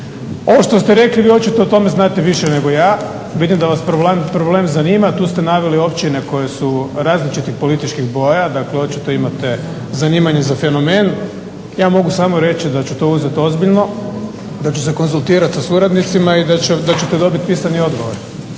Ovo što ste rekli vi očito o tome znate više nego ja. Vidim da vas problem zanima. Tu ste naveli općine koje su različitih političkih boja. Dakle, očito imate zanimanje za fenomen. Ja mogu samo reći da ću to uzeti ozbiljno, da ću se konzultirati sa suradnicima i da ćete dobiti pisani odgovor.